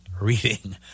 reading